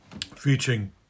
featuring